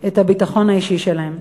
את הביטחון האישי שלהם.